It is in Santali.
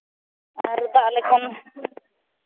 ᱟᱨ ᱫᱟᱜ ᱞᱮᱠᱷᱟᱱ